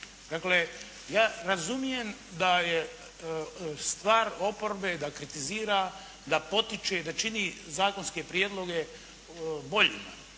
stoje. Ja razumijem da je stvar oporbe da kritizira, da potiče, da čini zakonske prijedloge boljima.